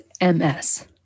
MS